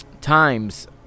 times